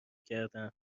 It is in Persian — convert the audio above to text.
کردم